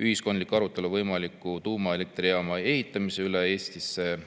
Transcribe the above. ühiskondliku arutelu võimaliku tuumaelektrijaama ehitamise üle Eestisse,